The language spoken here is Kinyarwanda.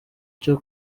cyo